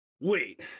wait